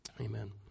Amen